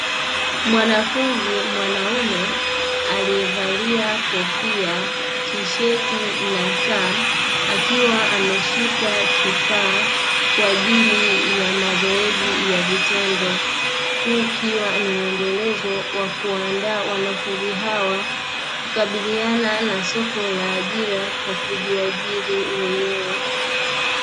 Mwanafunzi mwanaume alievalia kofia, tisheti na saa akiwa ameshika kifaa kwaajili ya mazoezi ya vitendo, huu ukiwa ni muendelezo wa kuandaa wanafunzi hawa kukabiliana na soko la ajira kwa kujiajiri wenyewe.